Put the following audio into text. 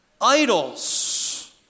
idols